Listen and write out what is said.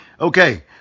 Okay